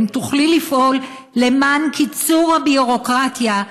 אם תוכלי לפעול למען קיצור הביורוקרטיה,